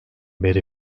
beri